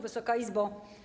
Wysoka Izbo!